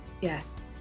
Yes